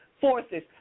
forces